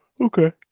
Okay